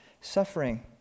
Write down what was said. suffering